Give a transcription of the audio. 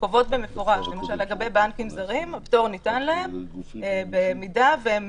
קובעות במפורש שלגבי בנקים זרים למשל הפטור ניתן להם במידה והם